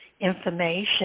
information